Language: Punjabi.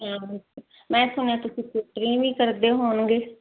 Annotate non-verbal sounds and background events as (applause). ਹਾਂ ਮੈਂ ਸੁਣਿਆ ਤੁਸੀਂ (unintelligible) ਵੀ ਕਰਦੇ ਹੋਣਗੇ